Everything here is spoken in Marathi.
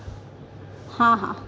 हां हां